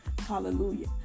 Hallelujah